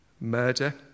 murder